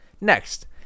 Next